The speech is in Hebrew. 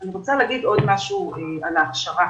אני רוצה להגיד משהו על ההכשרה.